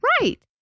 Right